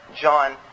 John